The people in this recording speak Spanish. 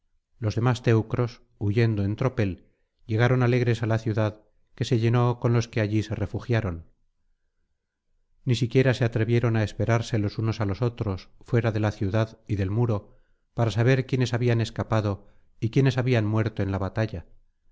los demás teucros huyendo en tropel llegaron alegres á la ciudad que se llenó con los que allí se refugiaron ni siquiera se atrevieron á esperarse los unos á los otros fuera de la ciudad y del muro para saber quiénes habían escapado y quiénes habían muerto en la batalla